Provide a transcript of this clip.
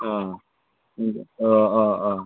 अ अ अ अ